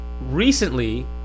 recently